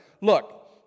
Look